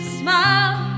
smile